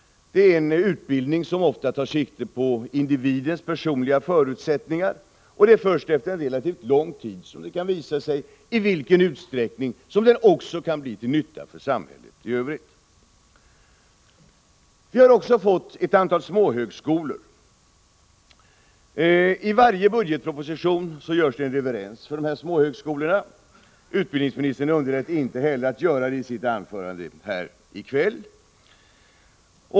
Det är en utbildning som ofta tar sikte på individens personliga förutsättningar, och först efter en relativt lång tid kan det visa sig i vilken utsträckning utbildningen kan bli till nytta också för samhället i övrigt. Vi har också fått ett antal småhögskolor. I varje budgetproposition görs det en reverens för dessa småhögskolor. Utbildningsministern underlät inte heller att göra det i sitt anförande här i kväll.